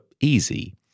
easy